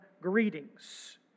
greetings